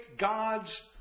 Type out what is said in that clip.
God's